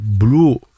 Blue